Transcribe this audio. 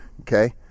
okay